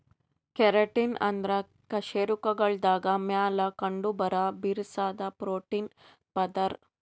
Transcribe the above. keratin ಅಂದ್ರ ಕಶೇರುಕಗಳ್ದಾಗ ಮ್ಯಾಲ್ ಕಂಡಬರಾ ಬಿರ್ಸಾದ್ ಪ್ರೋಟೀನ್ ಪದರ್